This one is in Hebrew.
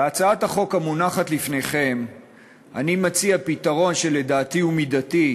בהצעת החוק המונחת לפניכם אני מציע פתרון שלדעתי הוא מידתי,